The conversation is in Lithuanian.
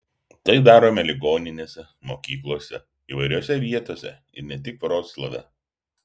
tai darome ligoninėse mokyklose įvairiose vietose ir ne tik vroclave